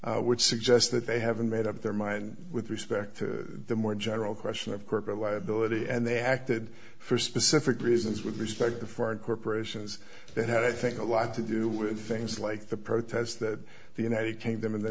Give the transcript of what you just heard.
would suggest that they haven't made up their mind with respect to the more general question of corporate liability and they acted for specific reasons with respect to foreign corporations that had i think a lot to do with things like the protests that the united kingdom in the